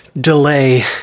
delay